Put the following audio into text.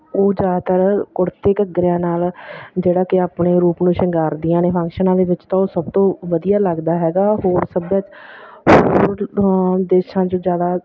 ਉਹ ਜ਼ਿਆਦਾਤਰ ਕੁੜਤੇ ਘੱਗਰਿਆਂ ਨਾਲ ਜਿਹੜਾ ਕਿ ਆਪਣੇ ਰੂਪ ਨੂੰ ਸ਼ਿੰਗਾਰ ਦੀਆਂ ਨੇ ਫੰਕਸ਼ਨਾਂ ਦੇ ਵਿੱਚ ਤਾਂ ਉਹ ਸਭ ਤੋਂ ਵਧੀਆ ਲੱਗਦਾ ਹੈਗਾ ਹੋਰ ਸਭੈ ਹੋਰ ਦੇਸ਼ਾਂ 'ਚ ਜ਼ਿਆਦਾ